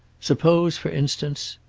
suppose, for instance.